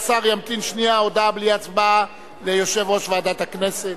הודעה, בלי הצבעה, ליושב-ראש ועדת הכנסת.